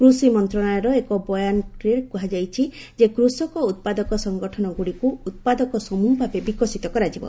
କୃଷିମନ୍ତ୍ରଣାଳୟର ଏକ ବୟାନରେ କୁହାଯାଇଛି ଯେ କୃଷକ ଉତ୍ପାଦକ ସଂଗଠନ ଗ୍ରଡିକୁ ଉତ୍ପାଦକ ସମ୍ବହଭାବେ ବିକାଶିତ କରାଯିବ